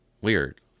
Weird